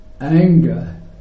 anger